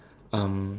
um